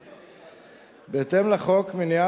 בטוח.